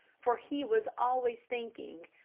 for he was always thinking,